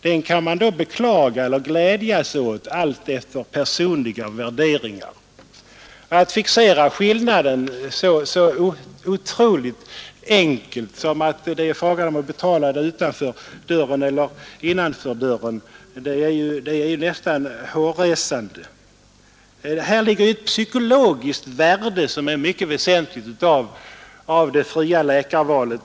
Den kan man då beklaga eller glädjas åt, alltefter personliga värderingar.” Att fixera skillnaden till något så otroligt enkelt som att det är fråga om att betala utanför eller innanför dörren är ju nästan hårresande. I det fria läkarvalet ligger ett psykologiskt värde som är mycket väsentligt.